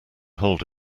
hold